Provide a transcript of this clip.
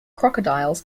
crocodiles